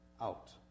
out